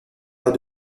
pas